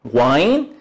wine